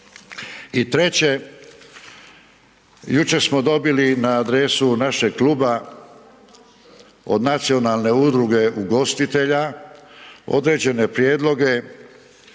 I treće, jučer smo dobili na adresu našeg kluba od Nacionalne udruge ugostitelja određene prijedloge